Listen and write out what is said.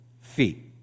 feet